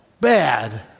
bad